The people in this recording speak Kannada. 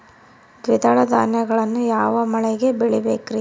ದ್ವಿದಳ ಧಾನ್ಯಗಳನ್ನು ಯಾವ ಮಳೆಗೆ ಬೆಳಿಬೇಕ್ರಿ?